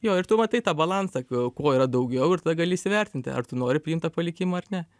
jo ir tu matai tą balansą ko yra daugiau ir tada gali įsivertinti ar tu nori priimt tą palikimą ar ne